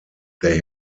they